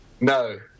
No